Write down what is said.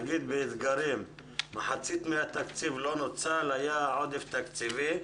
למשל אתגרים אבל מחצית מהתקציב לא נוצל והיה עודף תקציבי.